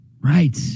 Right